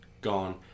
gone